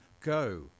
Go